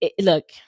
look